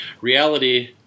reality